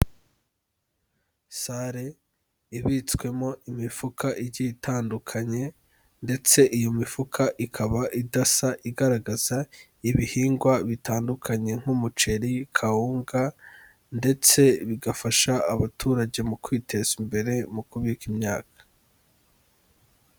Sare ibitswemo imifuka igiye itandukanye ndetse iyo mifuka ikaba idasa igaragaza ibihingwa bitandukanye nk'umuceri, kawunga ndetse bigafasha abaturage mu kwiteza imbere mu kubika imyaka.